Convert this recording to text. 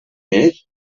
mes